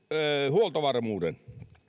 huoltovarmuuden